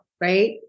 right